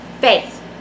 Faith